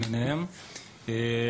ולמה בכלל להשתמש בזה לעומת אמצעים אחרים?